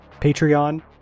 patreon